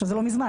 שזה לא מזמן,